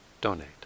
donate